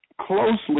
closely